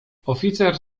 oficer